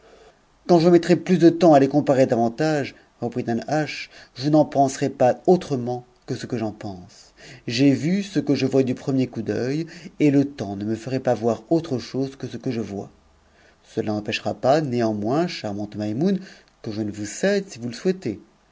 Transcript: quand je mettrais plus de temps à les comparer davantage reprit ch je n'en penserais pas autrement que ce que j'en pense j'ai vu que je vois du premier coup d'œit et le temps ne me ferait pas voir hose que ce que je vois cela n'empêchera pas néanmoins charmante maimoune que je ne vous cède si vous le souhaitez